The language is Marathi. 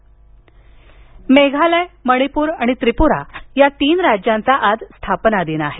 स्थापना दिन मेघालय मणिपूर आणि त्रिपुरा या तीन राज्यांचा आज स्थापनादिन आहे